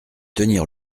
tenir